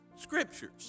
Scriptures